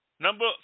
Number